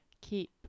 Keep